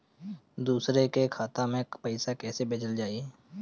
दूसरे के खाता में पइसा केइसे भेजल जाइ?